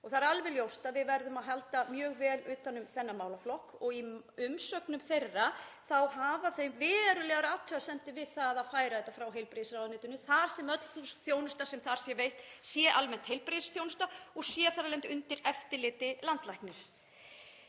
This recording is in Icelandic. og það er alveg ljóst að við verðum að halda mjög vel utan um þennan málaflokk. Í umsögnum þeirra gera þau verulegar athugasemdir við það að færa þetta frá heilbrigðisráðuneytinu þar sem öll þessi þjónusta sem þar er veitt sé almennt heilbrigðisþjónusta og sé þar af leiðandi undir eftirliti landlæknis.